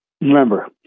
remember